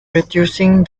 reducing